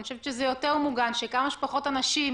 אני חושבת שזה יותר מוגן, שכמה שפחות אנשים